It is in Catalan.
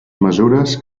mesures